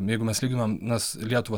jeigu mes lyginam nes lietuvą